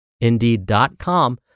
indeed.com